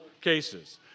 cases